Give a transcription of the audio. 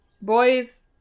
Boys